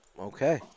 Okay